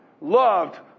loved